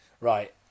right